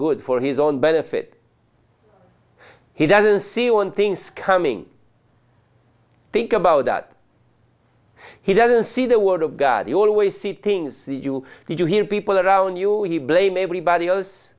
good for his own benefit he doesn't see on things coming think about that he doesn't see the word of god you always see things you did you hear people around you he blame everybody else